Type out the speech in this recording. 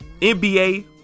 NBA